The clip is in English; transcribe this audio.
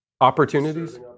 Opportunities